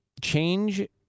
change